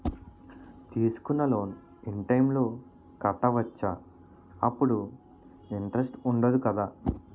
తీసుకున్న loan in time లో కట్టవచ్చ? అప్పుడు ఇంటరెస్ట్ వుందదు కదా?